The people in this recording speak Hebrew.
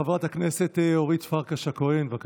חברת הכנסת אורית פרקש הכהן, בבקשה.